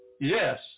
Yes